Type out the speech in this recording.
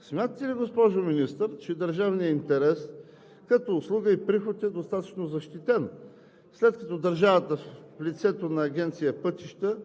Смятате ли, госпожо Министър, че държавният интерес като услуга и приход е достатъчно защитен, след като държавата в лицето на Агенция „Пътища“